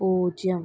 പൂജ്യം